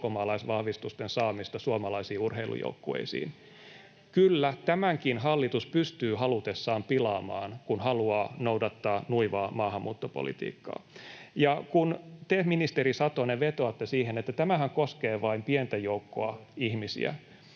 ulkomaalaisvahvistusten saamista suomalaisiin urheilujoukkueisiin. [Mira Niemisen välihuuto] — Kyllä, tämänkin hallitus pystyy halutessaan pilaamaan, kun haluaa noudattaa nuivaa maahanmuuttopolitiikkaa. Ja te, ministeri Satonen, vetoatte siihen, että tämähän koskee vain pientä joukkoa ihmisiä.